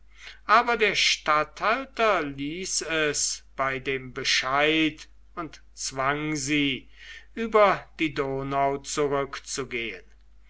aber der statthalter ließ es bei dem bescheid und zwang sie über die donau zurückzugehen